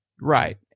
Right